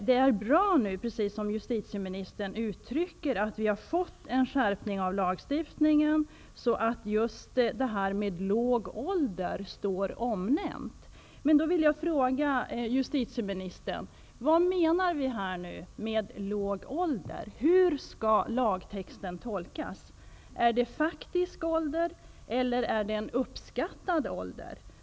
Det är bra att vi, som justitieministern uttrycker det, fått en skärpning av lagstiftningen, innebärande att hänsyn skall tas till låg ålder. Men jag vill fråga justitieministern: Vad menas då med låg ålder? Hur skall lagtexten tolkas? Är det fråga om faktisk ålder eller om en uppskattad ålder?